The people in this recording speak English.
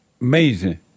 Amazing